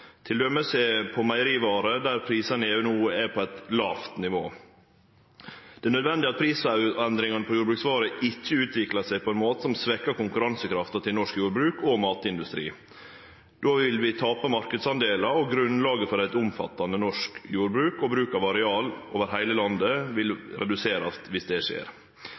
på meierivarer der prisane i EU no er på eit lågt nivå. Det er naudsynt at prisendringane på jordbruksvarer ikkje utviklar seg på ein måte som svekkjer konkurransekrafta til norsk jordbruk og matindustri. Då vil vi tape marknadsdelar. Grunnlaget for eit omfattande norsk jordbruk og bruk av areal over heile landet vil reduserast om dette skjer.